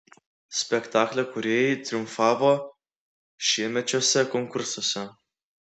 spektaklio kūrėjai triumfavo šiemečiuose konkursuose